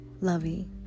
lovey